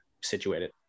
situated